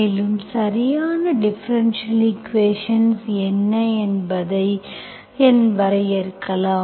மேலும் சரியான differential equations என்ன என்பதை வரையறுக்கலாம்